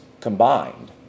combined